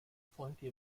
plenty